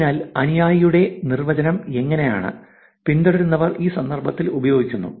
അതിനാൽ അനുയായിയുടെ നിർവചനം എങ്ങനെയാണ് പിന്തുടരുന്നവർ ഈ സന്ദർഭത്തിൽ ഉപയോഗിക്കുന്നു